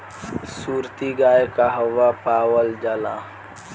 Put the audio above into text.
सुरती गाय कहवा पावल जाला?